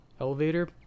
elevator